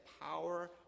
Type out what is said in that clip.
power